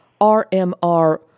RMR